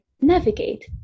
navigate